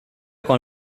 con